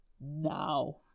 Now